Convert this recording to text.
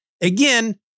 Again